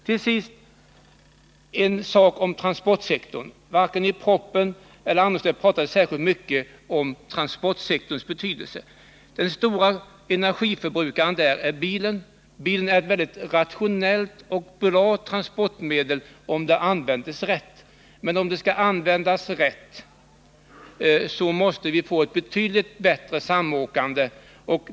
Till sist några ord om transportsektorn. Varken i propositionen eller annars talas det särskilt mycket om transportsektorns betydelse. Den stora energiförbrukaren är bilen. Bilen är ett rationellt och bra fortskaffningsmedel om den används rätt, men då måste vi få en betydligt bättre samåkning.